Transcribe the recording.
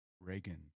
Reagan